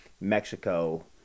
Mexico